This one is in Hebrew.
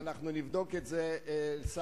ואנחנו נבדוק את זה שר-שר.